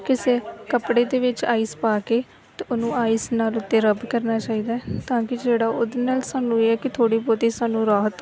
ਕਿਸੇ ਕੱਪੜੇ ਦੇ ਵਿੱਚ ਆਈਸ ਪਾ ਕੇ ਅਤੇ ਉਹਨੂੰ ਆਈਸ ਨਾਲ ਉੱਤੇ ਰੱਬ ਕਰਨਾ ਚਾਹੀਦਾ ਹੈ ਤਾਂ ਕਿ ਜਿਹੜਾ ਉਹਦੇ ਨਾਲ ਸਾਨੂੰ ਇਹ ਹੈ ਕਿ ਥੋੜ੍ਹੀ ਬਹੁਤੀ ਸਾਨੂੰ ਰਾਹਤ